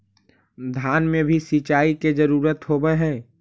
धान मे भी सिंचाई के जरूरत होब्हय?